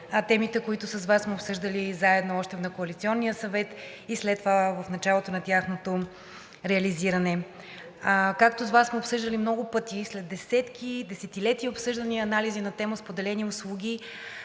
темите, които с Вас сме обсъждали заедно още на Коалиционния съвет и след това в началото на тяхното реализиране. Както с Вас сме обсъждали много пъти, след десетилетия обсъждания и анализи на тема споделени услуги